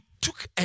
took